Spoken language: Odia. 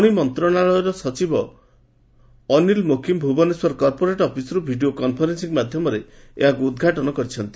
ଖଣି ମନ୍ତଶାଳୟର ସଚିବ ଅନୀଲ୍ ମୋକିମ୍ ଭୁବନେଶ୍ୱର କର୍ପୋରେଟ୍ ଅଫିସ୍ରୁ ଭିଡ଼ିଓ କନ୍ଫରେନ୍ସିଂ ମାଧ୍ଘମରେ ଉଦ୍ଘାଟନ କରି କରିଛନ୍ତି